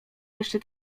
jeszcze